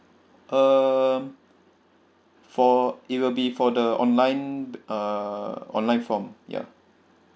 um for it will be for the online uh online form ya